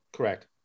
Correct